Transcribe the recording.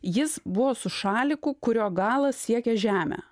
jis buvo su šaliku kurio galas siekė žemę